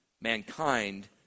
mankind